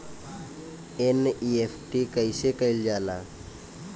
NEFT कइसे कइल जाला?